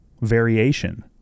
variation